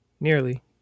nearly